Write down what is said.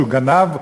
שהוא גנב,